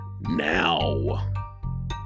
now